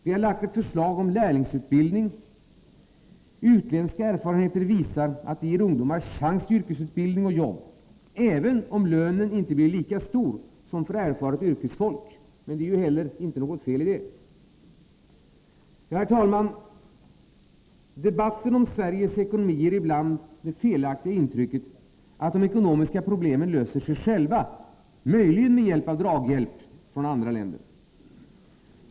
Vi har lagt ett förslag om lärlingsutbildning. Utländska erfarenheter visar att det ger ungdomar chans till yrkesutbildning och jobb, även om lönen inte blir lika stor som för erfaret yrkesfolk. Men det är ju inte heller något fel i det. Herr talman! Debatten om Sveriges ekonomi ger ibland det felaktiga intrycket att våra ekonomiska problem löser sig själva, möjligen med draghjälp från andra länder.